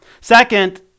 Second